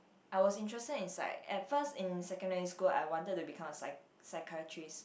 I was interested in psych at first in secondary school I wanted to become a psych~ psychiatrist